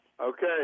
Okay